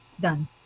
Done